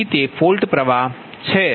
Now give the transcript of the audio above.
તેથી તે ફોલ્ટ પ્ર્વાહ છે